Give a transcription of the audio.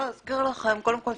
ללא ספק, בראש